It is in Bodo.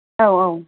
औ औ